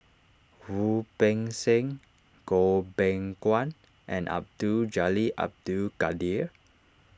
Wu Peng Seng Goh Beng Kwan and Abdul Jalil Abdul Kadir